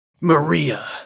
Maria